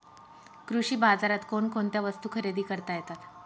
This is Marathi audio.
कृषी बाजारात कोणकोणत्या वस्तू खरेदी करता येतात